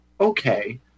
okay